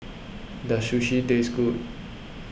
does Sushi taste good